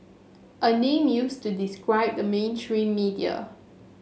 a name used to describe the mainstream media